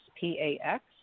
P-A-X